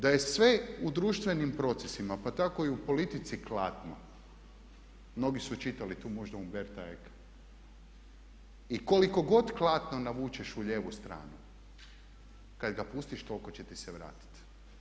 Da je sve u društvenim procesima, pa tako i u politici klatno mnogi su čitali tu možda Umberta Eca i koliko god klatno navučeš u lijevu stranu kad ga pustiš toliko će ti se vratiti.